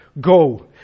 go